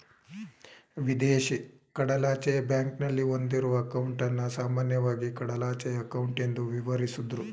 ವಿದೇಶಿ ಕಡಲಾಚೆಯ ಬ್ಯಾಂಕ್ನಲ್ಲಿ ಹೊಂದಿರುವ ಅಂಕೌಟನ್ನ ಸಾಮಾನ್ಯವಾಗಿ ಕಡಲಾಚೆಯ ಅಂಕೌಟ್ ಎಂದು ವಿವರಿಸುದ್ರು